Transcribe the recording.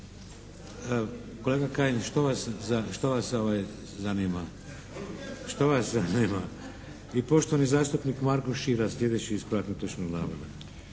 vas zanima? Što vas zanima? I poštovani zastupnik Marko Širac, sljedeći ispravak netočnog navoda.